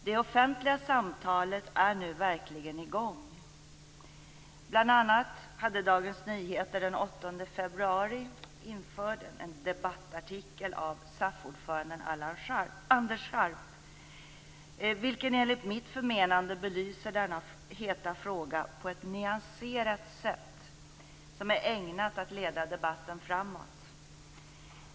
Det offentliga samtalet är nu verkligen i gång. Bl.a. hade Dagens Nyheter den 8 februari en debattartikel av SAF-ordföranden Anders Scharp införd som enligt mitt förmenande belyser denna heta fråga på ett sätt som är nyanserat och ägnat att leda debatten framåt.